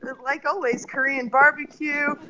like always korean barbecue,